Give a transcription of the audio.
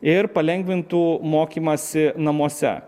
ir palengvintų mokymąsi namuose